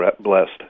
blessed